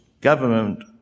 government